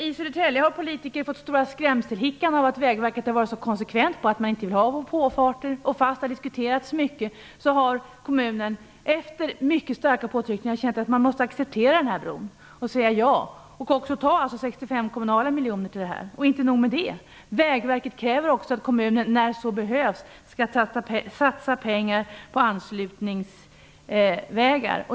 I Södertälje har politiker fått stora skrämselhickan för att Vägverket varit så konsekvent emot av och påfarter. Trots att det har diskuterats mycket, har man i kommunen efter mycket starka påtryckningar känt att man måste acceptera denna bro och också ta 65 kommunala miljoner till denna. Inte nog med det, Vägverket kräver också att kommunen, när så behövs, skall satsa pengar på anslutningsvägar.